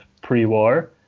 pre-war